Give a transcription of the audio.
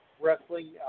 wrestling